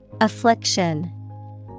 Affliction